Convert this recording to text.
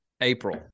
April